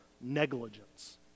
negligence